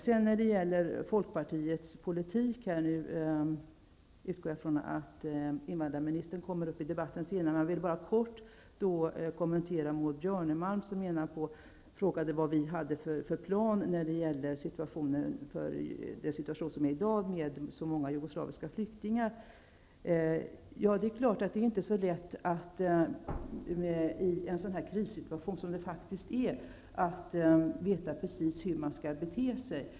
När det sedan gäller Folkpartiets politik utgår jag från att invandrarministern senare går upp i debatten. Helt kort vill jag bara kommentera Maud Björnemalms fråga om vad vi har för planer när det gäller den situation som råder i dag med så många jugoslaviska flyktingar. Det är självfallet inte så lätt att i en krissituation -- det är faktiskt fråga om en sådan -- exakt veta hur man skall bete sig.